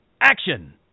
action